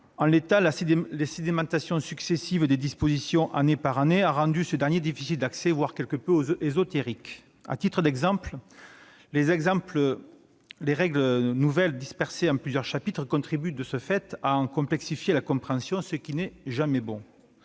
en l'état, la sédimentation successive des dispositions, année par année, a rendu ce dernier difficile d'accès, voire quelque peu ésotérique. À titre d'exemple, les nombreuses règles dispersées en plusieurs chapitres contribuent à en complexifier la compréhension, ce qui n'est jamais bon.